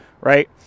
right